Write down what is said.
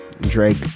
Drake